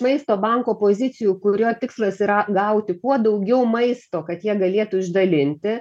maisto banko pozicijų kurio tikslas yra gauti kuo daugiau maisto kad jie galėtų išdalinti